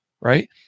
right